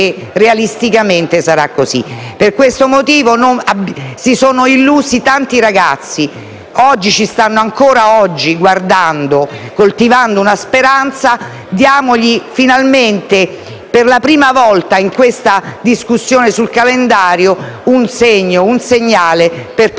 Realisticamente sarà così. Per questo motivo si sono illusi tanti ragazzi. Oggi ci stanno guardando coltivando una speranza. Diamogli finalmente, per la prima volta, in questa discussione sul calendario un segnale per poter